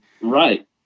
Right